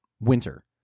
winter